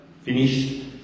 finished